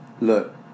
look